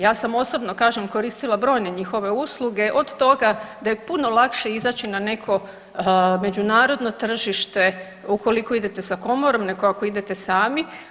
Ja sam osobno kažem koristila brojne njihove usluge od toga da je puno lakše izaći na neko međunarodno tržište ukoliko idete sa komorom nego ako idete sami.